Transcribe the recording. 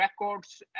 records